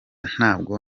ntabwo